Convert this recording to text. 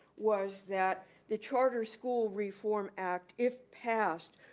was that the charter school reform act, if passed,